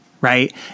right